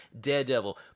Daredevil